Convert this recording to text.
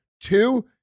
Two